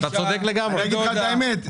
אגיד לך את האמת,